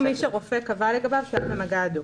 או מי שרופא קבע לגביו שהיה במגע הדוק.